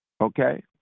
Okay